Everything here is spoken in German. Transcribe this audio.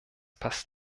passt